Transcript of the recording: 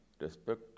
respect